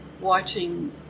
watching